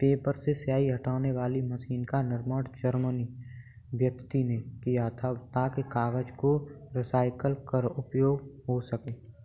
paper से स्याही हटाने वाली मशीन का निर्माण जर्मन व्यक्ति ने किया था ताकि कागज को रिसाईकल कर उपयोग हो सकें